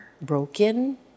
broken